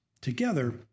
together